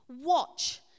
watch